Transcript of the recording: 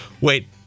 wait